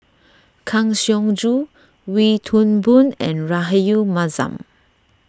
Kang Siong Joo Wee Toon Boon and Rahayu Mahzam